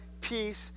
peace